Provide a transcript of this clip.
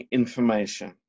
information